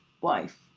wife